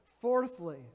Fourthly